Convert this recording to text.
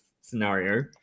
scenario